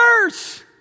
verse